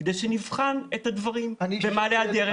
כדי שנבחן את הדברים במעלה הדרך.